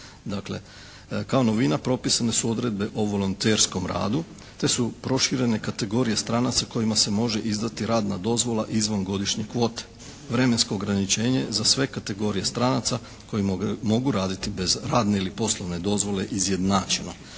Dakle kao novina propisane su odredbe o volonterskom radu te su proširene kategorije stranaca kojima se može izdati radna dozvola izvan godišnje kvote. Vremensko ograničenje za sve kategorije stranaca koji mogu raditi bez radne ili poslovne dozvole izjednačena.